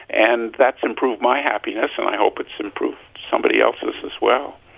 and that's improved my happiness. and i hope it's improved somebody else's, as well.